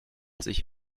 sich